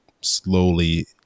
slowly